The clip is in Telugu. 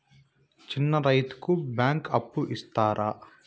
చిన్న రైతుకు బ్యాంకు అప్పు ఇస్తారా?